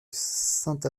sainte